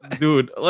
dude